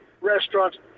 restaurants